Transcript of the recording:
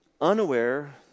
Unaware